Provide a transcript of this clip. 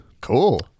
cool